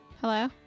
Hello